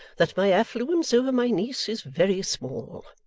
that my affluence over my niece is very small